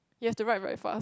ya to write very fast